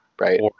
right